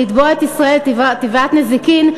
לתבוע את ישראל תביעת נזיקין,